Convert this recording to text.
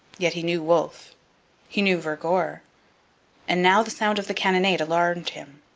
yet he knew wolfe he knew vergor and now the sound of the cannonade alarmed him.